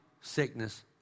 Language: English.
sickness